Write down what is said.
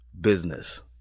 business